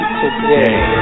today